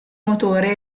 motore